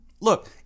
Look